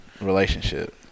relationship